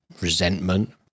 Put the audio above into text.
resentment